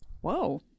Whoa